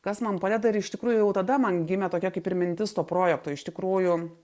kas man padeda ir iš tikrųjų jau tada man gimė tokia kaip ir mintis to projekto iš tikrųjų